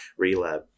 Relab